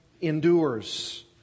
endures